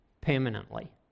permanently